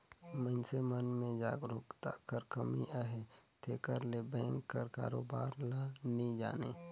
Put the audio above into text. मइनसे मन में जागरूकता कर कमी अहे तेकर ले बेंक कर कारोबार ल नी जानें